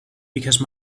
because